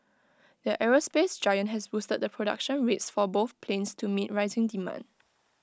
the aerospace giant has boosted the production rates for both planes to meet rising demand